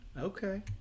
Okay